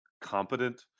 competent